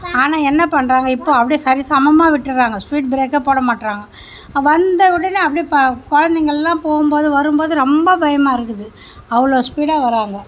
ஆனால் என்ன பண்ணுறாங்க இப்போ அப்படியே சரி சமமாக விட்டுறாங்க ஸ்பீட் பிரேக்கே போட மாட்றாங்க வந்த உடனே அப்படியே ப குழந்தைங்க எல்லாம் போம்போது வரும்போது ரொம்ப பயமாக இருக்குது அவ்வளோ ஸ்பீடாக வாராங்க